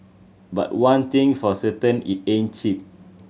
but one thing for certain it ain't cheap